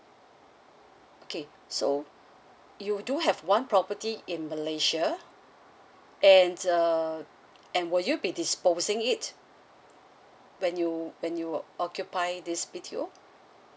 okay so you do have one property in malaysia and uh and would you be disposing it when you when you occupy this with you